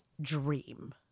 dream